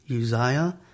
Uzziah